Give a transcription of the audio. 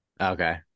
Okay